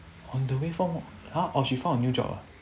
on the way home oh she found a new job ah